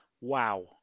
wow